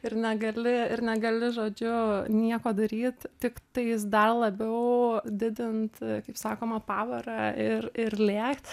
ir negali ir negali žodžiu nieko daryt tiktais dar labiau didint kaip sakoma pavarą ir ir lėkt